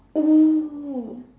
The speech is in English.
oh